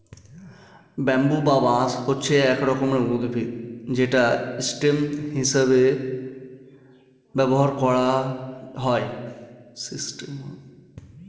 bamboo বা বাঁশ হচ্ছে এক রকমের উদ্ভিদ যেটা স্টেম হিসেবে ব্যবহার করা হয়